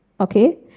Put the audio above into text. Okay